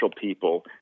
people